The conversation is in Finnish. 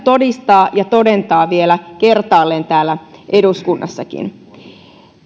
syytä todistaa ja todentaa vielä kertaalleen täällä eduskunnassakin